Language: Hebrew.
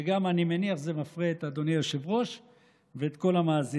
וגם אני מניח שזה מפרה את אדוני היושב-ראש ואת כל המאזינים.